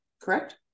correct